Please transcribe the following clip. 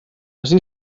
ací